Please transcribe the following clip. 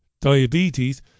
diabetes